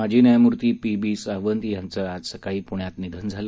माजी न्यायमूर्ती P B Sawant यांचं आज सकाळी पुण्यात निधन झालं